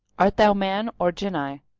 art thou man or jinni?